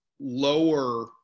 lower